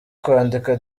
kwandika